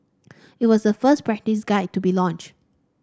it was the first best practice guide to be launched